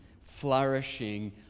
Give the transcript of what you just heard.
flourishing